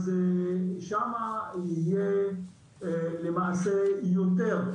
אז שם יהיה למעשה יותר,